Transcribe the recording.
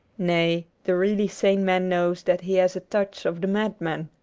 nay, the really sane man knows that he has a touch of the madman.